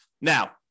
Now